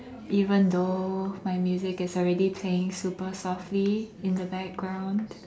even though my music is already playing super softly in the background